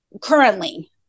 currently